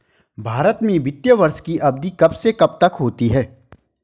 भारत में वित्तीय वर्ष की अवधि कब से कब तक होती है?